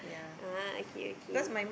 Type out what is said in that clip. ah okay okay